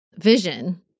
vision